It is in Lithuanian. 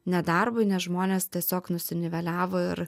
nedarbui nes žmonės tiesiog nusiniveliavo ir